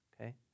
okay